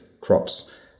crops